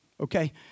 okay